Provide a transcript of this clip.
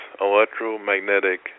electromagnetic